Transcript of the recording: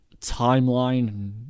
timeline